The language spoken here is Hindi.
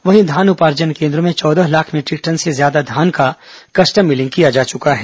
वहीं धान उपार्जन केन्द्रों में चौदह लाख मीटरिक टन से ज्यादा धान का कस्टम मिलिंग किया जा चुका है